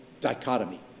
dichotomy